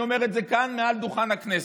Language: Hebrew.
אני אומר את זה כאן מעל דוכן הכנסת.